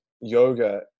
yoga